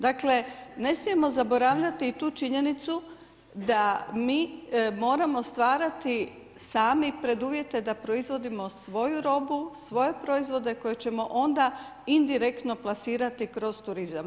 Dakle, ne smijemo zaboravljati i tu činjenicu da mi moramo stvarati sami preduvjete da proizvodimo svoju robu, svoje proizvode koje ćemo onda indirektno plasirati kroz turizam.